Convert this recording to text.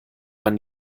man